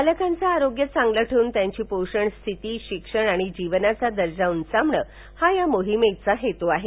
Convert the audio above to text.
बालकांचं वारोग्य चांगलं ठेवून त्यांची पोषण स्विती शिक्षण आणि जीवनाचा दर्वा उंचावर्ण हा या मोहिमेचा मुख्य हेतू आहे